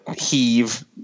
heave